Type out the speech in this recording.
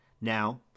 Now